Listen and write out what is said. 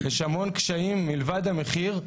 יש המון קשיים מלבד המחיר.